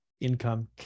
income